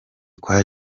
kwa